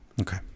Okay